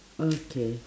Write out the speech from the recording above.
okay